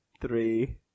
three